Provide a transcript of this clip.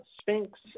Sphinx